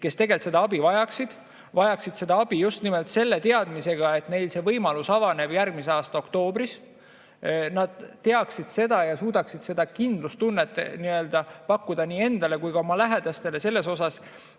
kes seda abi vajaksid, vajaksid seda abi just nimelt selle teadmisega, et neil see võimalus avaneb järgmise aasta oktoobris. Nad teaksid seda ja suudaksid seda kindlustunnet pakkuda nii endale kui ka oma lähedastele, et tõesti,